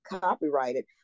copyrighted